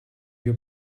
your